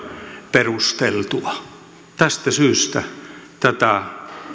perusteltua tästä syystä tätä